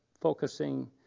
focusing